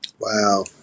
Wow